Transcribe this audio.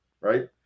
right